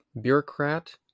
bureaucrat